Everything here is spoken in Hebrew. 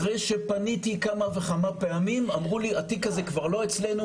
אחרי שפניתי כמה וכמה פעמים אמרו לי שהתיק הזה כבר לא אצלם,